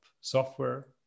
software